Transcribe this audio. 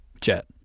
Jet